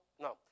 No